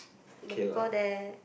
the people there